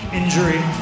injury